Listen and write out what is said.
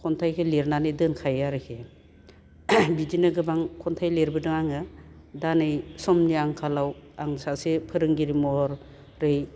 खन्थाइखो लिरनानै दोनखायो आरोखि बिदिनो गोबां खन्थाइ लिरबोदों आङो दा नै समनि आंखालाव आं सासे फोरोंगिरि महरै